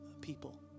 people